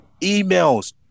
emails